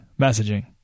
messaging